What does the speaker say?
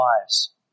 lives